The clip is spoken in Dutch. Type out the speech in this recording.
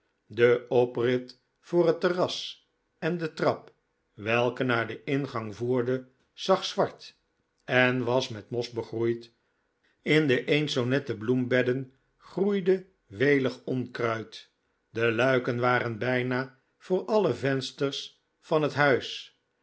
de oprit voor het terras en de trap welke naar den ingang voerde zag zwart en was met mos begroeid in de eens zoo nette bloembedden groeide welig onkruid de luiken waren bijna voor alle vensters van het huis